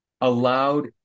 allowed